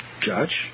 judge